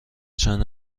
چند